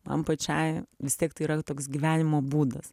man pačiai vis tiek tai yra toks gyvenimo būdas